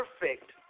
perfect